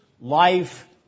life